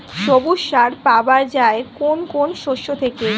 সবুজ সার পাওয়া যায় কোন কোন শস্য থেকে?